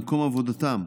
במקום עבודתם,